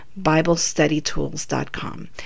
BibleStudyTools.com